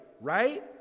right